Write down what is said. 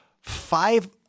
five